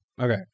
Okay